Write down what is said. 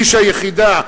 איש היחידה,